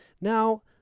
Now